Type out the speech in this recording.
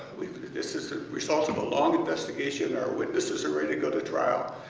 this is a result of a long investigation. our witnesses are ready to go to trial.